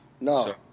no